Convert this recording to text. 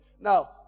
Now